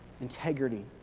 Integrity